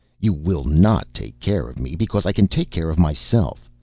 you will not take care of me because i can take care of myself.